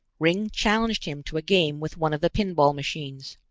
ringg challenged him to a game with one of the pinball machines.